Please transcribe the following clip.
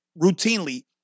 routinely